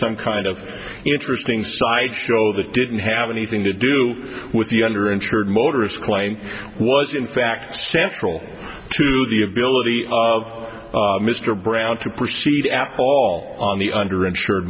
some kind of interesting side show that didn't have anything to do with the under insured motorists claim was in fact central to the ability of mr brown to proceed at ball on the under insured